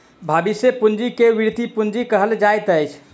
भविष्य पूंजी के वृति पूंजी कहल जाइत अछि